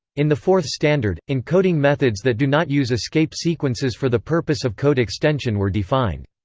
in the fourth standard, encoding methods that do not use escape sequences for the purpose of code extension were defined.